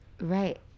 right